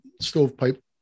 stovepipe